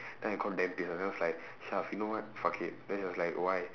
then I contemplate [what] then I was like you know what fuck it then she was like why